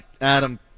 Adam